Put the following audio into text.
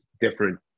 different